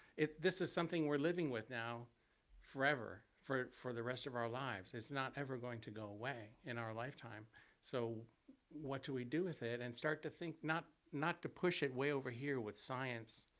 this is something we're living with now forever, for for the rest of our lives. it's not ever going to go away in our lifetime so what do we do with it? and start to think, not not to push it way over here with science,